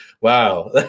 wow